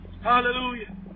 Hallelujah